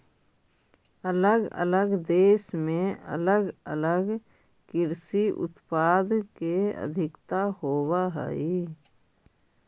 अलग अलग देश में अलग अलग कृषि उत्पाद के अधिकता होवऽ हई